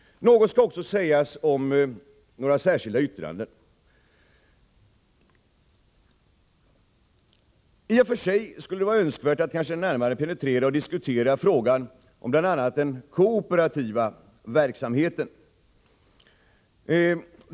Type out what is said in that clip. Något skall också sägas om några särskilda yttranden. I och för sig skulle det kanske vara önskvärt att närmare diskutera och penetrera frågan om bl.a. den kooperativa verksamheten.